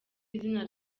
izina